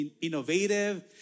innovative